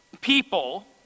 people